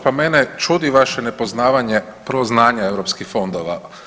Pa mene čudi vaše nepoznavanje prvo znanje europski fondova.